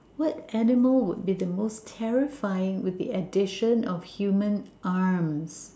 what animal would be the most terrifying with the addition of human arms